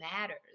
matters